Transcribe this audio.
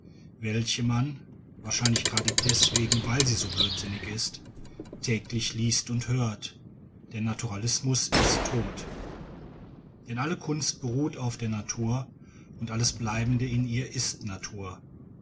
welche man wahrscheinlich gerade deswegen weil sie so blödsinnig ist täglich liest und hört der naturalismus ist tot denn alle kunst beruht auf der natur und alles bleibende in ihr ist